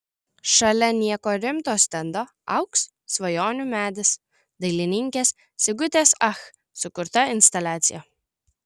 šalia nieko rimto stendo augs svajonių medis dailininkės sigutės ach sukurta instaliacija